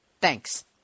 thanks